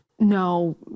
No